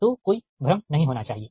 तो कोई भ्रम नहीं होना चाहिए